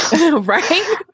Right